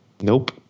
nope